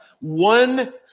One